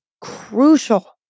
crucial